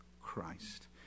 Christ